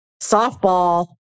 softball